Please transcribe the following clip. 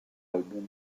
album